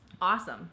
Awesome